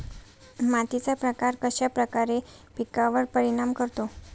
मातीचा प्रकार कश्याप्रकारे पिकांवर परिणाम करतो?